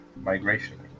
migration